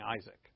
Isaac